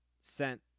sent